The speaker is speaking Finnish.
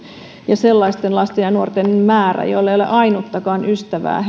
ja sellaisten lasten ja nuorten määrä joilla ei ole ainuttakaan ystävää